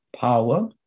Power